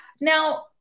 now